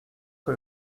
que